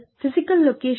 physical location